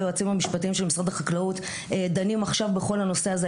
היועצים המשפטיים של משרד החקלאות דנים עכשיו בכל הנושא הזה,